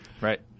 Right